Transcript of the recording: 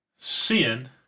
Sin